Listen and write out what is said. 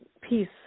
peace